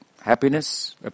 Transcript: happiness